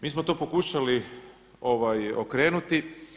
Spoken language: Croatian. Mi smo to pokušali okrenuti.